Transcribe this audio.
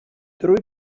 drwy